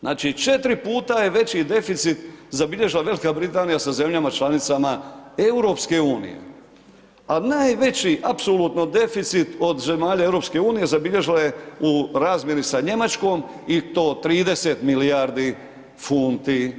Znači 4 puta je veći deficit zabilježila Velika Britanija sa zemljama članicama EU-a a najveći apsolutno deficit od zemalja EU-a zabilježila je u razmjeni sa Njemačkom i to 30 milijardi funti.